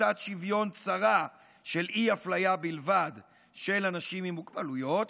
בתפיסת שוויון צרה של אי-אפליה בלבד של אנשים עם מוגבלויות,